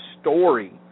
story